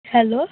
hello